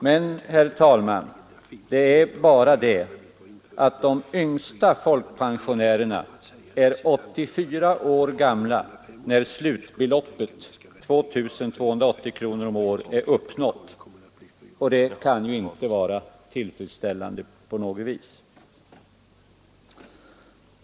Det är bara det, herr talman, att de yngsta folkpensionärerna är 84 år gamla när slutbeloppet 2 280 kronor om året är uppnått, och det kan ju inte på något vis vara tillfredsställande.